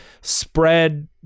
spread